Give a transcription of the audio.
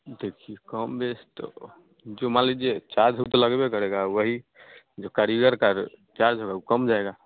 देखिए कम बेस तो जो मान लीजिए चार्ज है उ त लगबे करेगा वही जो कारीगर का र चार्ज होगा उ कम जाएगा